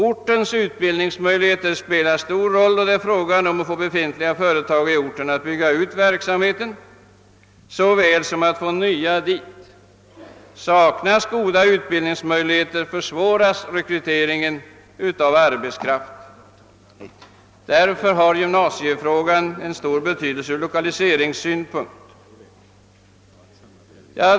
Ortens utbildningsmöjligheter spelar stor roll både för att få befintliga företag i orten att bygga ut verksamheten och för att förmå nya företag att flytta dit. Saknas goda utbildningsmöjligheter försvåras rekryteringen av arbetskraft. Därför har gymnasiefrågan stor betydelse ur lokaliseringssynpunkt.